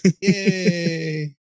Yay